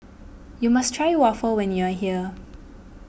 you must try Waffle when you are here